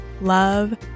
love